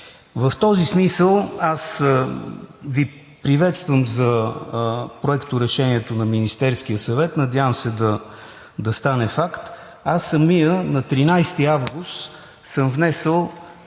В този смисъл Ви приветствам за проекторешението на Министерския съвет, надявам се да стане факт. Самият аз на 13 август съм внесъл